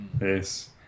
yes